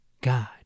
God